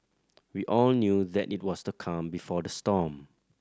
we all knew that it was the calm before the storm